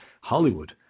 Hollywood